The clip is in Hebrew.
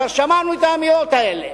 כבר שמענו את האמירות האלה.